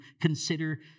consider